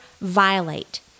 violate